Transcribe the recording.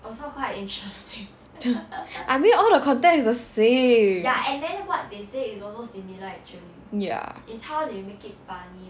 I mean all the content is the same